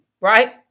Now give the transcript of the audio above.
right